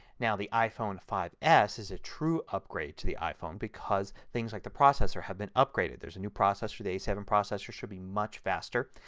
now the iphone five s is a true upgrade to the iphone because things like the processor have been upgraded. there is a new processor. the a seven processor should be much faster.